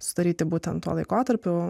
sudaryti būtent tuo laikotarpiu